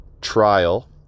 trial